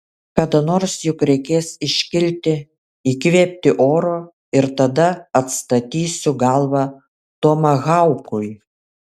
kada nors juk reikės iškilti įkvėpti oro ir tada atstatysiu galvą tomahaukui